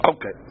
Okay